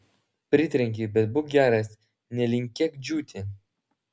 pritrenkei bet būk geras nelinkėk džiūti